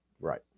Right